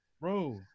Bro